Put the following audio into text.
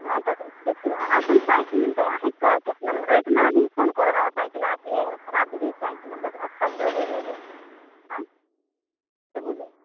नहि तऽ देखियौ अहाँसँ हम साइकिल तऽ अहिंके नम्बरपर आदमी फोन करै है हँ साइकिल किएक एहन खराब देलियै साइकिल हमरा अच्छा चलै नहि हय आँय से बोलू